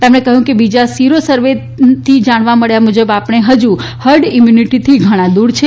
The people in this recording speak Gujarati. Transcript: તેમણે કહ્યું કે બીજા સીરો સર્વેથી જાણવા મબ્યા મૂજબ આપણે હજુ હર્ડ ઇમ્યુનિટીથી ઘણા દૂર છે